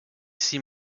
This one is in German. sie